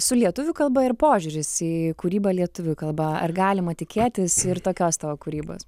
su lietuvių kalba ir požiūris į kūrybą lietuvių kalba ar galima tikėtis ir tokios tavo kūrybos